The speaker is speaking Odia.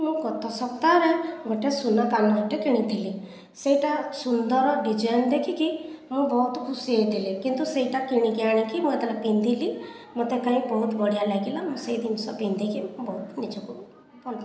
ମୁଁ ଗତ ସପ୍ତାହ ରେ ଗୋଟିଏ ସୁନା କାନର ଟିଏ କିଣିଥିଲି ସେଇଟା ସୁନ୍ଦର ଡିଜାଇନ ଦେଖିକି ମୁଁ ବହୁତ ଖୁସି ହୋଇଥିଲି କିନ୍ତୁ ସେଇଟା କିଣିକି ଆଣିକି ମୁଁ ଯେତେବେଳେ ପିନ୍ଧିଲି ମୋତେ କାହିଁ ବହୁତ ବଢ଼ିଆ ଲାଗିଲା ମୁଁ ସେଇ ଜିନିଷ ପିନ୍ଧିକି ମୁଁ ବହୁତ ନିଜକୁ ଭଲ